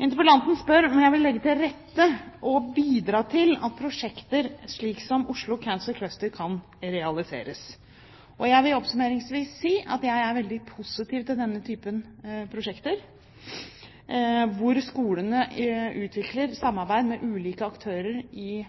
Interpellanten spør om jeg vil legge til rette for og bidra til at prosjekter som Oslo Cancer Cluster kan realiseres. Jeg vil oppsummeringsvis si at jeg er veldig positiv til denne typen prosjekter, hvor skolene utvikler samarbeid med ulike aktører i